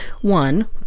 one